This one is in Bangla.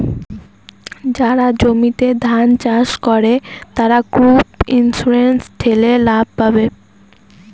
যারা জমিতে ধান চাষ করে, তারা ক্রপ ইন্সুরেন্স ঠেলে লাভ পাবে